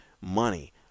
money